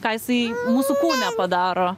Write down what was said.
ką jisai mūsų kūne padaro